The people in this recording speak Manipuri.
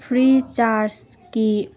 ꯄ꯭ꯔꯤꯆꯥꯔꯁꯀꯤ